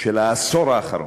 של העשור האחרון.